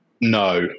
no